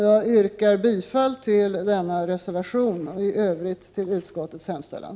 Jag yrkar bifall till denna reservation och i övrigt till utskottets hemställan.